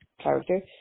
character